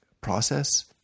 process